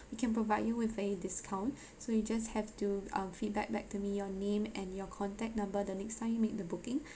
we can provide you with a discount so you just have to um feedback back to me your name and your contact number the next time you made the booking